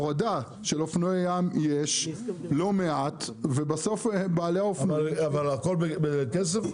של אופנועי ים יש לא מעט ובסוף בעלי האופנועים --- אבל הכול בכסף?